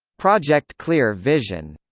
project clear vision